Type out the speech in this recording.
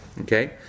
okay